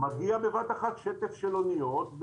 מגיע בבת אחת שטף של אוניות,